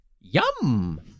Yum